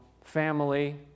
family